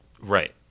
Right